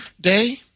Day